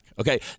Okay